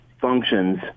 functions